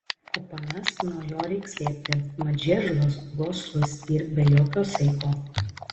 o panas nuo jo reik slėpti mat žiežulas goslus yr be jokio saiko